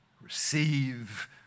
Receive